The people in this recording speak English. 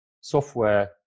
software